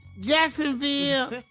Jacksonville